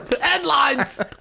Headlines